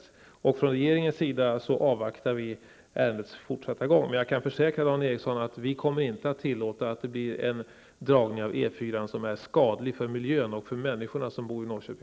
Vi avvaktar från regeringens sida ärendets fortsatta gång. Jag kan försäkra Dan Ericsson i Kolmården att vi inte kommer att tillåta en dragning av E4-an som är skadlig för miljön och för människorna som bor i